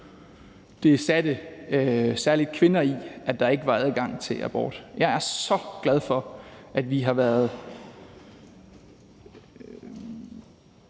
det satte særlig kvinder i, at der ikke var adgang til abort. Jeg er så glad for, at vi har været